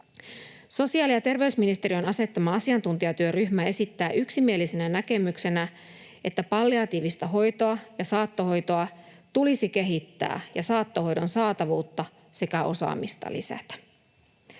Sosiaali‑ ja terveysministeriön asettama asiantuntijatyöryhmä esittää yksimielisenä näkemyksenä, että palliatiivista hoitoa ja saattohoitoa tulisi kehittää ja saattohoidon saatavuutta sekä osaamista lisätä.